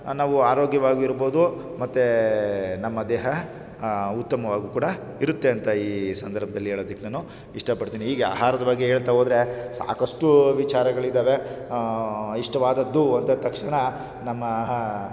ನಾವು ಆರೋಗ್ಯವಾಗೂ ಇರ್ಬೋದು ಮತ್ತು ನಮ್ಮ ದೇಹ ಉತ್ತಮವಾಗೂ ಕೂಡ ಇರುತ್ತೆ ಅಂತ ಈ ಸಂದರ್ಭದಲ್ಲಿ ಹೇಳೋದಿಕ್ ನಾನು ಇಷ್ಟಪಡ್ತೀನಿ ಹೀಗೆ ಆಹಾರದ ಬಗ್ಗೆ ಹೇಳ್ತಾ ಹೋದ್ರೆ ಸಾಕಷ್ಟು ವಿಚಾರಗಳಿದಾವೆ ಇಷ್ಟವಾದದ್ದು ಅಂದ ತಕ್ಷಣ ನಮ್ಮ ಆಹಾ